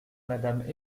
madame